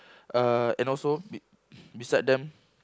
uh and also be beside them